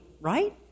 right